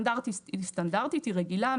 היא סטנדרטית, היא רגילה.